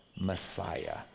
Messiah